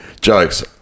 jokes